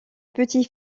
petit